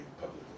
public